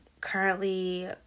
currently